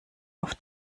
auf